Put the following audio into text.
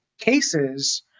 cases